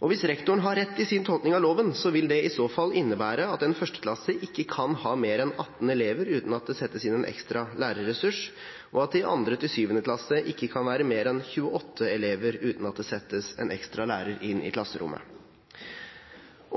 Hvis rektoren har rett i sin tolkning av loven, vil det i så fall innebære at en 1.-klasse ikke kan ha mer enn 18 elever uten at det settes inn ekstra lærerressurs, og at det i 2. klasse til 7. klasse ikke kan være mer enn 28 elever uten at det settes en ekstra lærer inn i klasserommet.